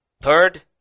Third